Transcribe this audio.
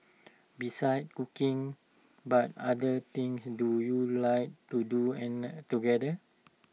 besides cooking but other things do you like to do together